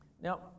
Now